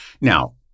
Now